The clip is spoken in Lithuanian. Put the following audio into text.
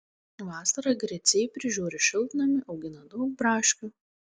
vasarą griciai prižiūri šiltnamį augina daug braškių